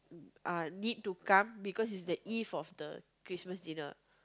uh need to come because is the eve of the Christmas dinner